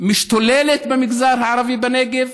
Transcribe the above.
משתוללת במגזר הערבי בנגב?